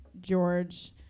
George